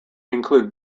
include